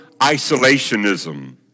isolationism